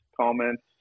comments